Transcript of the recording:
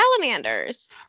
salamanders